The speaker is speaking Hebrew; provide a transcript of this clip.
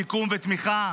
שיקום ותמיכה,